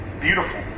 Beautiful